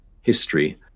history